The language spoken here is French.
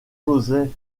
joseph